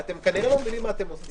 אתם כנראה לא מבינים מה אתם עושים.